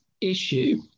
issue